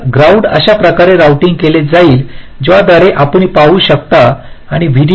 तर ग्राउंड अशा प्रकारे रोऊटिंग केला जाईल ज्याद्वारे आपण पाहू शकता आणि व्ही